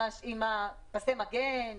עם פסי המגן,